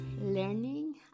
learning